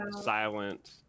silent